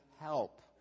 help